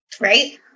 Right